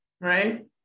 right